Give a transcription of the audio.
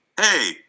hey